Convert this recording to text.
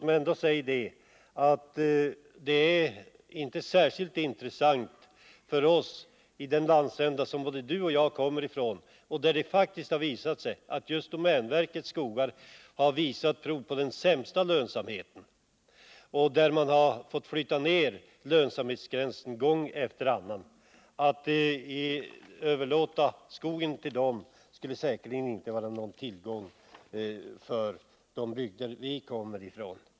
Men detta är inte särskilt intressant i den landsända som vi båda kommer ifrån, där just domänverkets skogar har visat prov på den sämsta lönsamheten och där man har fått flytta ner lönsamhetsgränsen gång efter annan. Att överlåta skogen till domänverket skulle säkerligen inte vara någon tillgång för de bygder vi kommer ifrån.